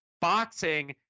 boxing